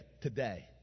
today